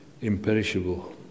Imperishable